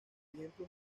ejemplo